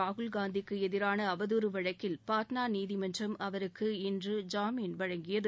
ராகுல் காந்திக்கு எதிரான அவதூறு வழக்கில் பாட்னா நீதிமன்றம் அவருக்கு இன்று ஜாமீன் வழங்கியது